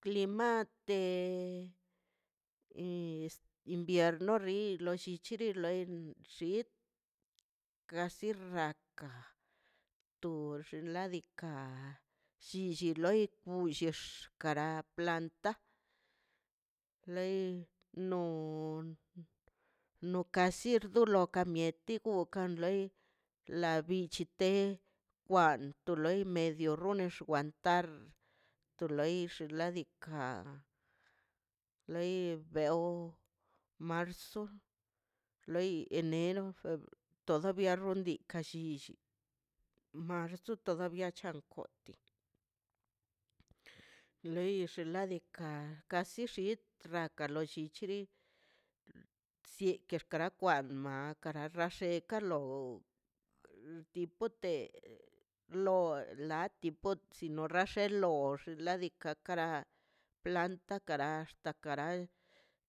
Climate invierno rrilo llichilo en xidꞌ kasi rraka to xinladika llichi loi wchox ka na planta lei no nokar lli no kar mieti gok kan loi la bichi te kwan to loi medio rrunno xwan tai to leix ladika loi beo marzo loi enero febr todavian rron diika llichill marzo todavía changoti lox xinladika kasi xid traka lo llichili sii ke kara kwa kara rashe lo di pote lo lati pote sino rashelo xḻadika kara planta karax ka karai